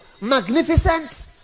magnificent